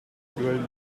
grillen